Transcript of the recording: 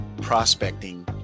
prospecting